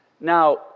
Now